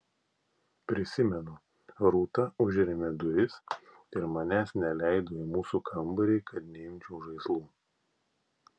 prisimenu rūta užrėmė duris ir manęs neleido į mūsų kambarį kad neimčiau žaislų